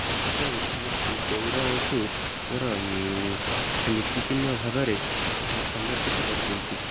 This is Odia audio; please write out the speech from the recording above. ସେଥିପାଇଁ ମୁଁ ଦୌଡ଼ାକୁ ମୋର ନୀତିଦିନ ଭାବରେ ସମର୍ପିତ କରିଦେଇଛି